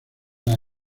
las